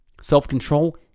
self-control